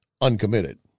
uncommitted